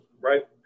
right